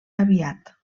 aviat